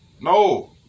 No